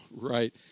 right